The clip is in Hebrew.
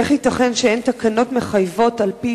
איך ייתכן שאין תקנות מחייבות על-פי